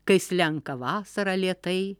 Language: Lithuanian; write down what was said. kai slenka vasara lėtai